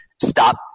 Stop